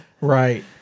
Right